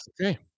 okay